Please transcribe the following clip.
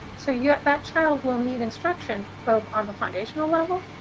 so yeah that child will need instruction both on the foundational level,